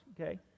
Okay